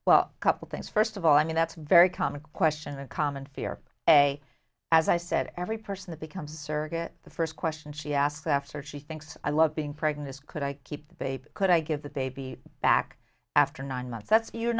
well a couple things first of all i mean that's very common question a common fear a as i said every person that becomes a surrogate the first question she asked after she thinks i love being pregnant could i keep the baby could i give that they be back after nine months that's you're